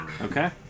Okay